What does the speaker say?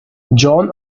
john